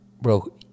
bro